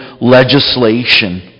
legislation